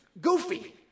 goofy